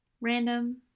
random